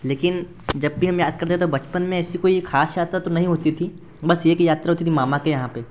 लेकिन जब भी हम याद करते हैं तो बचपन में ऐसी कोई ख़ास यात्रा तो नहीं होती थी बस एक यात्रा होती थी मामा के यहाँ पर